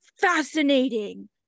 fascinating